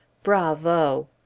bravo!